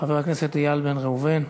חבר הכנסת איל בן ראובן.